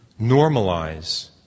normalize